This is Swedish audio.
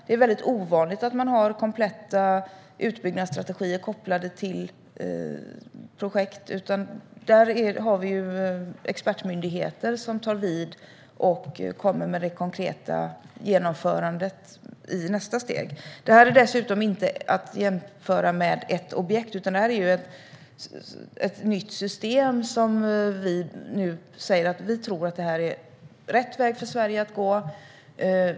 Det är väldigt ovanligt att man har kompletta utbyggnadsstrategier kopplade till projekt, utan där har vi expertmyndigheter som tar vid och kommer med det konkreta genomförandet i nästa steg. Det här är inte heller att jämföra med ett objekt, utan det är ett nytt system. Vi säger nu att vi tror att detta är rätt väg för Sverige att gå.